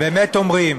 ובאמת אומרים: